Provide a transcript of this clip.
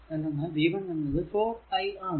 എന്തെന്നാൽ v1 എന്നത് 4 i ആണ്